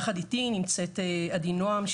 יחד איתי נמצאת עדי נועם,